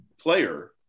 player